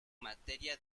materia